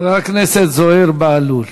חבר הכנסת זוהיר בהלול.